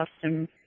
custom